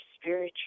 spiritual